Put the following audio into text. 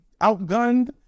outgunned